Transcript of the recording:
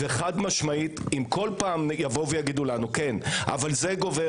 וחד משמעית אם כל פעם יגידו לנו: אבל זה גובר